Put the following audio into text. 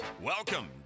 Welcome